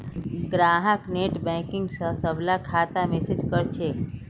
ग्राहक नेटबैंकिंग स सबला खाता मैनेज कर छेक